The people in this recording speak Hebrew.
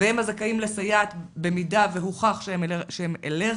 והם הזכאים לסייעת אם הוכח שהם אלרגיים,